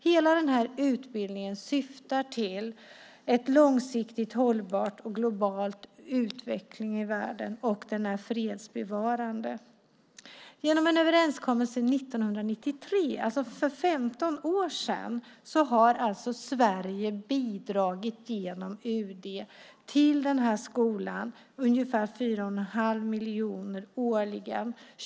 Hela den här utbildningen syftar till en långsiktigt hållbar och global utveckling i världen, och den är fredsbevarande. Genom en överenskommelse 1993, alltså för 15 år sedan, har Sverige bidragit genom UD till den här skolan med ungefär 4 1⁄2 miljon årligen.